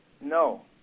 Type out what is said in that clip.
No